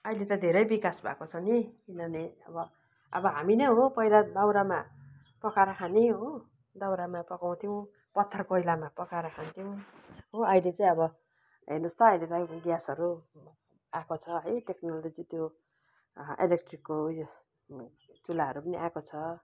अहिले त धेरै विकास भएको छ नि किनभने अब अब हामी नै हो पहिला दाउरामा पकाएर खाने हो दाउरामा पकाउँथ्यौँ पत्थर कोइलामा पकाएर खान्थ्यौँ हो अहिले चाहिँ अब हेर्नुहोस् त अहिले त अब ग्यासहरू आएको छ है टेक्नोलोजी त्यो इलेक्ट्रिकको उयो चुल्हाहरू पनि आएको छ